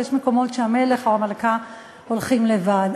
יש מקומות שהמלך או המלכה הולכים אליהם לבד.